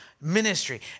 Ministry